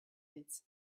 pits